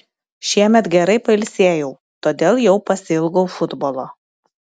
šiemet gerai pailsėjau todėl jau pasiilgau futbolo